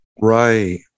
right